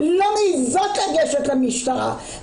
לא מעזות לגשת למשטרה.